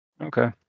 Okay